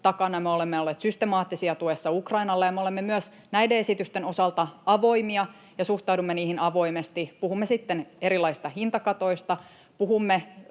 takana, ja me olemme olleet systemaattisia tuessa Ukrainalle. Me olemme myös näiden esitysten osalta avoimia ja suhtaudumme niihin avoimesti, puhumme sitten erilaisista hintakatoista tai puhumme